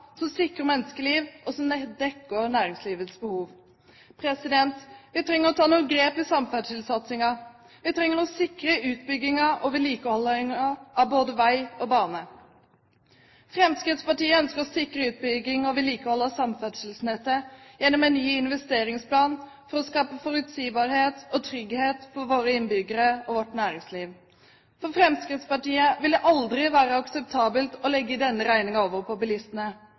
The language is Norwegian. som sikrer menneskeliv, og som dekker næringslivets behov. Vi trenger å ta noen grep i samferdselssatsingen. Vi trenger å sikre utbyggingen og vedlikeholdet av både vei og bane. Fremskrittspartiet ønsker å sikre utbygging og vedlikehold av samferdselsnettet gjennom en ny investeringsplan for å skape forutsigbarhet og trygghet for våre innbyggere og vårt næringsliv. For Fremskrittspartiet vil det aldri være akseptabelt å legge denne regningen over på bilistene.